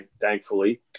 thankfully